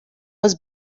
was